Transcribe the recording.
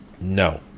no